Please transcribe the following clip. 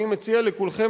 אני מציע לכולכם,